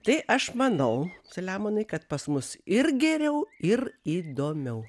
tai aš manau selemonai kad pas mus ir geriau ir įdomiau